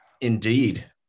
indeed